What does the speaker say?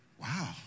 wow